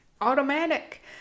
automatic